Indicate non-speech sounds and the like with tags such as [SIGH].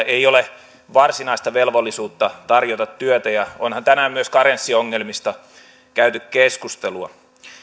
[UNINTELLIGIBLE] ei ole varsinaista velvollisuutta tarjota työtä ja onhan tänään myös karenssiongelmista käyty keskustelua